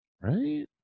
right